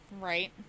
Right